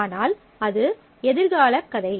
ஆனால் அது எதிர்கால கதை